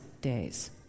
days